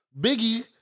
biggie